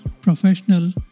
professional